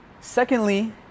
secondly